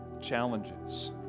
challenges